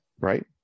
right